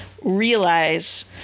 realize